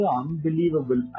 unbelievable